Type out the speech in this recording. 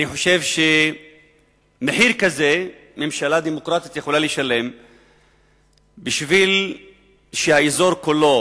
אני חושב שמחיר כזה ממשלה דמוקרטית יכולה לשלם כדי שהאזור כולו